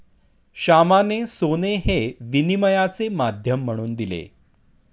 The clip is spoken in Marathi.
श्यामाने सोने हे विनिमयाचे माध्यम म्हणून दिले